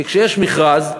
כי כשיש מכרז,